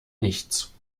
nichts